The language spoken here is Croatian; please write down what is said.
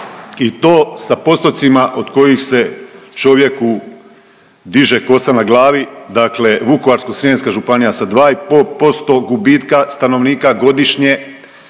i to sa postocima od kojih se čovjeku diže kosa na glavi, dakle Vukovarsko-srijemska županija sa 2,5% gubitka stanovnika godišnje,